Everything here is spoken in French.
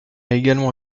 également